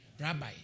rabbi